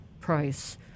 price